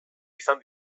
izan